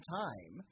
time